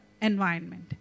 environment